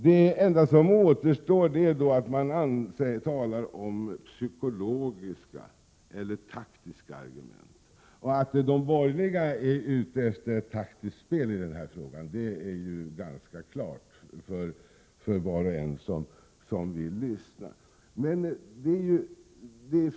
Det enda som återstår är att tala om psykologiska och taktiska argument. Att de borgerliga är ute efter taktiskt spel i denna fråga står ganska klart för var och en som vill lyssna.